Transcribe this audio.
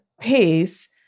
pace